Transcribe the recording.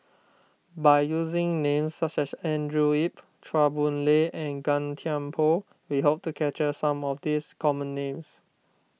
by using names such as Andrew Yip Chua Boon Lay and Gan Thiam Poh we hope to capture some of this common names